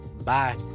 Bye